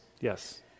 Yes